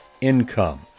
income